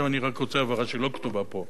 עכשיו אני רק רוצה, הבהרה שלא כתובה פה: